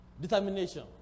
Determination